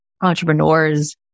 entrepreneurs